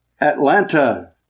Atlanta